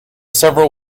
several